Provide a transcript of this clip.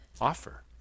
offer